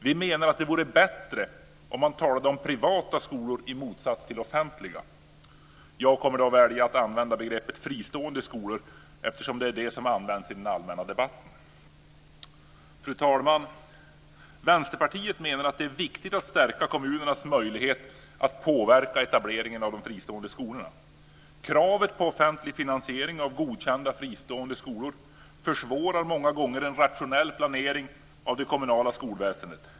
Vi menar att det vore bättre om man talade om privata skolor i motsats till offentliga. Jag kommer att använda begreppet fristående skolor eftersom det är det som används i den allmänna debatten. Fru talman! Vänsterpartiet menar att det är viktigt att stärka kommunernas möjlighet att påverka etableringen av de fristående skolorna. Kravet på offentlig finansiering av godkända fristående skolor försvårar många gånger en rationell planering av det kommunala skolväsendet.